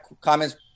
comments